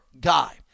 guy